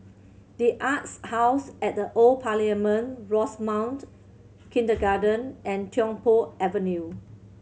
The Arts House at the Old Parliament Rosemount Kindergarten and Tiong Poh Avenue